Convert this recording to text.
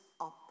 up